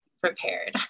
prepared